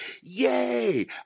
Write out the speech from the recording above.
Yay